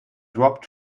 drop